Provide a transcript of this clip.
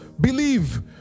believe